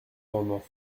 amendement